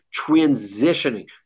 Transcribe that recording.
transitioning